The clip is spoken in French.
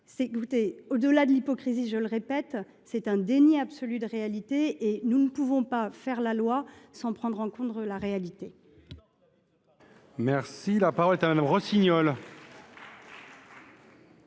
4… Au delà de l’hypocrisie, je le répète, c’est un déni absolu de réalité. Nous ne pouvons faire la loi sans prendre en compte la réalité